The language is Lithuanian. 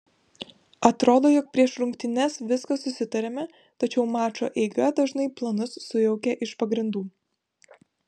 atrodo jog prieš rungtynes viską susitariame tačiau mačo eiga dažnai planus sujaukia iš pagrindų